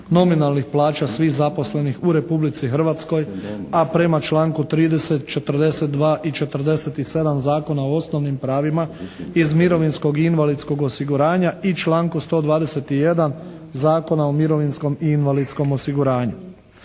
nominalnih plaća svih zaposlenih u Republici Hrvatskoj, a prema članku 30., 42. i 47. Zakona o osnovnim pravima iz mirovinskog i invalidskog osiguranja i članku 121. Zakona o mirovinskom i invalidskom osiguranju.